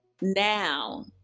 now